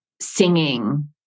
singing